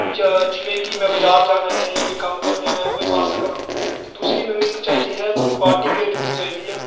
ਜਾਂ ਜਿਵੇਂ ਕਿ ਮੈਂ ਬਾਜ਼ਾਰ ਜਾਣਾ ਹੈ ਜਾਂ ਕੋਈ ਕੰਮ ਕਰਨ ਜਾਣਾ ਉਹ ਵੀ ਪਾ ਸਕਾਂ ਅਤੇ ਦੂਸਰੀ ਮੈਨੂੰ ਇੱਕ ਚਾਹੀਦੀ ਹੈ ਥੋੜ੍ਹੀ ਪਾਰਟੀ ਵਿਅਰ ਜੁੱਤੀ ਚਾਹੀਦੀ ਹੈ